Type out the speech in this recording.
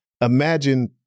imagine